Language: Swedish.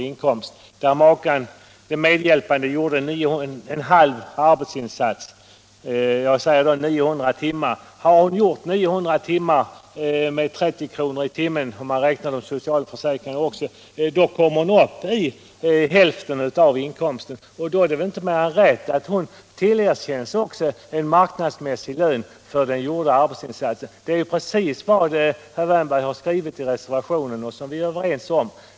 i inkomst och medhjälparen gjorde en halv arbetsinsats — säg med 900 timmar å 30 kr., om man räknar med socialförsäkringen - kommer medhjälparen upp i hälften av inkomsten. Då är det väl inte mer än rätt att medhjälparen också tillerkänns en marknadsmässig lön för den gjorda arbetsinsatsen. Det är ju precis vad herr Wärnberg har skrivit i reservationen och som vi är överens om!